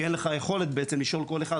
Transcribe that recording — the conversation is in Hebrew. כי אין לך יכולת לשאול כל אחד,